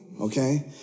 Okay